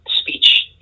speech